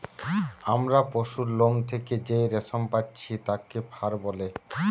আমরা পশুর লোম থেকে যেই রেশম পাচ্ছি তাকে ফার বলে